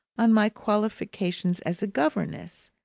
on my qualifications as a governess,